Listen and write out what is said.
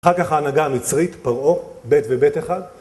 אחר כך ההנהגה המצרית, פרעו, בית ובית אחד.